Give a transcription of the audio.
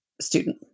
student